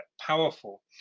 powerful